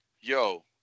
yo